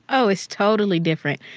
oh, it's totally different.